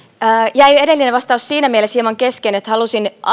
jäi edellinen vastaus siinä mielessä hieman kesken että halusin